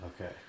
okay